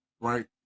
right